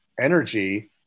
energy